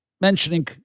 Mentioning